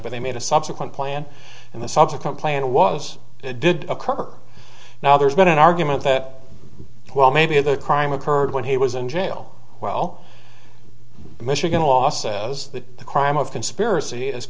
but they made a subsequent plan and the subsequent plan was it did occur now there's been an argument that well maybe the crime occurred when he was in jail well michigan law says that the crime of conspiracy is